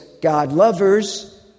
God-lovers